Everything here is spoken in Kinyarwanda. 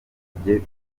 yitabye